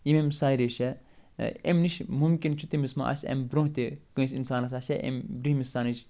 یِم یِم سارے چھےٚ اَمہِ نِش مُمکِن چھُ تٔمِس ما آسہِ اَمہِ برٛۄنٛہہ تہِ کٲنٛسہِ اِنسانس آسہِ ہے اَمہِ بِرنٛہمہِ سنٕچ